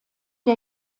der